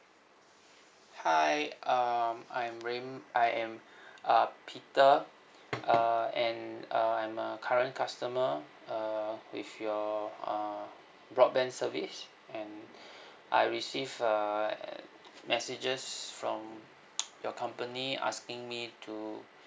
hi um I'm raym~ I am uh peter uh and uh I'm a current customer uh with your uh broadband service and I receive err messages from your company asking me to